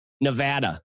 Nevada